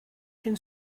can